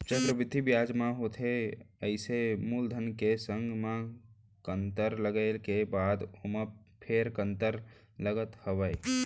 चक्रबृद्धि बियाज म होथे अइसे मूलधन के संग म कंतर लगे के बाद ओमा फेर कंतर लगत हावय